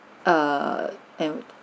err and